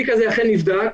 אכן נבדק.